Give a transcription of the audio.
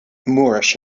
moorish